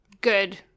good